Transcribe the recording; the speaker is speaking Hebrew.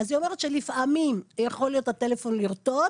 היא אומרת שלפעמים הטלפון יכול לרטוט,